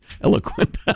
eloquent